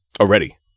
already